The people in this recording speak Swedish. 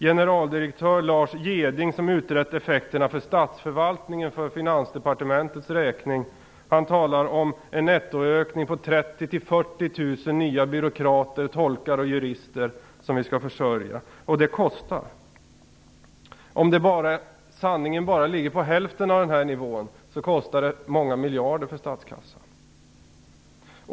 Generaldirektör Lars Jeding, som utrett effekterna för statsförvaltningen för Finansdepartementets räkning, talar om en nettoökning på 30 000-40 000 nya byråkrater, tolkar och jurister som vi skall försörja, och det kostar. Även om sanningen skulle vara att det bara är hälften, kostar det många miljarder för statskassan.